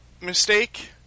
mistake